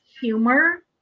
humor